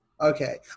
okay